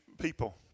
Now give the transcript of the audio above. people